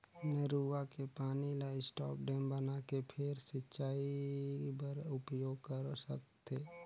नरूवा के पानी ल स्टॉप डेम बनाके फेर सिंचई बर उपयोग कर सकथे